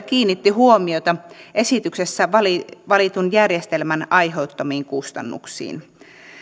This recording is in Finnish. kiinnitti huomiota esityksessä valitun järjestelmän aiheuttamiin kustannuksiin